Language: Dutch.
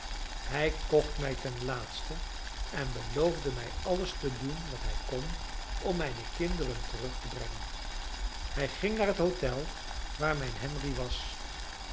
hij kocht mij ten laatste en beloofde mij alles te doen wat hij kon om mijne kinderen terug te brengen hij ging naar het hotel waar mijn henry was